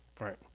Right